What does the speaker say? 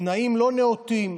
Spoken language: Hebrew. בתנאים לא נאותים,